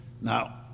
Now